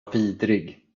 vidrig